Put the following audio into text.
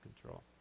control